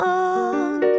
on